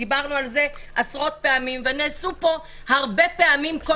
דיברנו על זה עשרות פעמים ונעשו פה הרבה פעמים כל